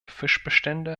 fischbestände